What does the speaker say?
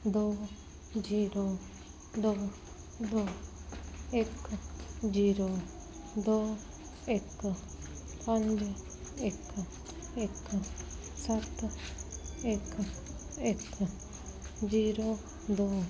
ਦੋ ਜ਼ੀਰੋ ਦੋ ਦੋ ਇੱਕ ਜ਼ੀਰੋ ਦੋ ਇੱਕ ਪੰਜ ਇੱਕ ਇੱਕ ਸੱਤ ਇੱਕ ਇੱਕ ਜ਼ੀਰੋ ਦੋ